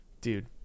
Dude